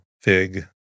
fig